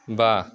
बा